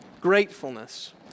Gratefulness